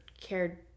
cared